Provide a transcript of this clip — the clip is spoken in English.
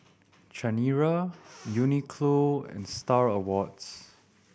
Chanira Uniqlo and Star Awards